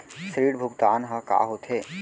ऋण भुगतान ह का होथे?